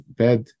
bed